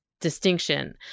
distinction